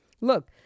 Look